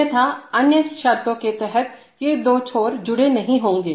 अन्यथा अन्य शर्तों के तहत ये दो छोर जुड़े नहीं होंगे